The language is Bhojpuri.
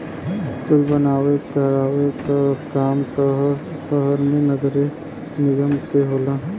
कुल बनवावे करावे क काम सहर मे नगरे निगम के होला